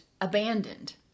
abandoned